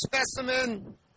specimen